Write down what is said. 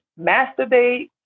masturbate